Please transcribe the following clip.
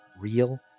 real